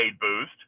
boost